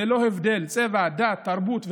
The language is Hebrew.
ללא הבדלי צבע, דת, תרבות ולאום,